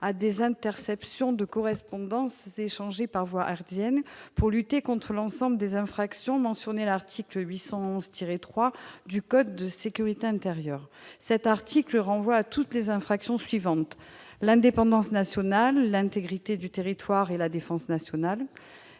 à des interceptions de correspondances échangées par voie hertzienne pour lutter contre l'ensemble des infractions mentionnées à l'article L. 811-3 du code de la sécurité intérieure. Cet article renvoie à toutes les infractions suivantes : l'indépendance nationale, l'intégrité du territoire et la défense nationale